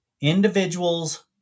Individuals